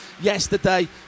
yesterday